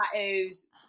tattoos